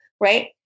right